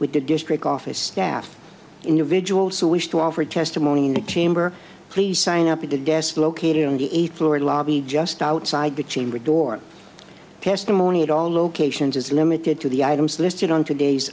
with the district office staff individual so wish to offer testimony in the chamber please sign up at the desk located on the eighth floor lobby just outside the chamber door testimony at all locations is limited to the items listed on